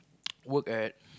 work at